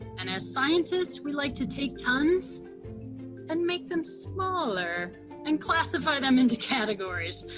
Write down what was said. and as scientists, we like to take tons and make them smaller and classify them into categories.